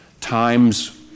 Times